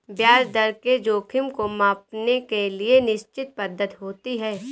ब्याज दर के जोखिम को मांपने के लिए निश्चित पद्धति होती है